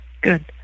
good